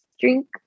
drink